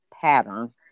pattern